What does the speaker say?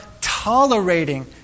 tolerating